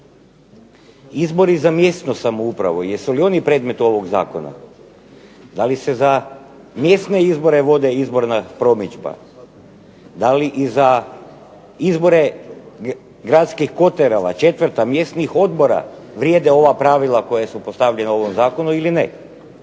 Izbori za mjesnu samoupravu. Jesu li i oni predmet ovog zakona? Da li se za mjesne izbore vodi izborna promidžba, da li i za izbore gradskih …/Govornik se ne razumije./…, četvrta mjesnih odbora, vrijede ova pravila koja su postavljena u ovom zakonu ili ne.